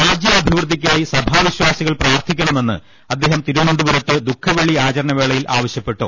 രാജ്യാഭിവൃദ്ധിക്കായി സഭാവിശ്വാ സികൾ പ്രാർത്ഥിക്കണമെന്ന് അദ്ദേഹം ്തിരുവനന്തപുരത്ത് ദുഃഖവെള്ളി ആചരണ വേളയിൽ ആവശ്യപ്പെട്ടു